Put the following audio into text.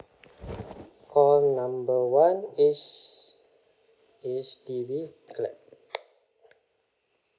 call number one H H_D_B clap